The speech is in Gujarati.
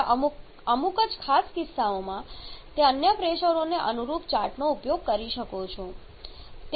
માત્ર અમુક જ ખાસ કિસ્સાઓમાં તે અન્ય પ્રેશરોને અનુરૂપ ચાર્ટનો ઉપયોગ કરી શકો છો